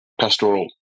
pastoral